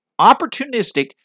opportunistic